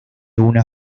una